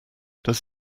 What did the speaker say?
does